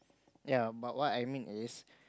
ya but what I mean is